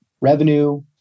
revenue